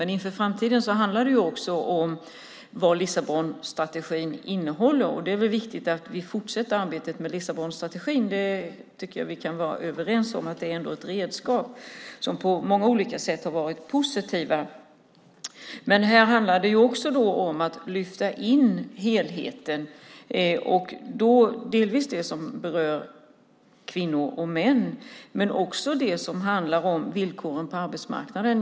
Men inför framtiden handlar det också om vad Lissabonstrategin innehåller. Det är viktigt att vi fortsätter arbetet med Lissabonstrategin. Jag tycker att vi kan vara överens om att vi där ändå har ett redskap som på många olika sätt är positivt. Här handlar det också om att lyfta in helheten - dels det som berör kvinnor och män, dels det som handlar om villkoren på arbetsmarknaden.